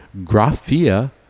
graphia